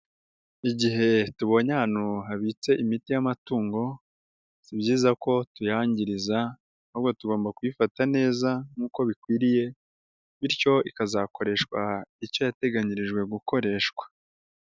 Igihe tubonye hano habitse imiti y'amatungo, si byiza ko tuyangiriza ahubwo tugomba kuyifata neza nkuko bikwiriye bityo ikazakoreshwa icyo yateganyirijwe gukoreshwa.